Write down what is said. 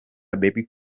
bebe